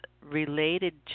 related